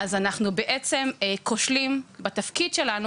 אז אנחנו בעצם כושלים בתפקיד שלנו.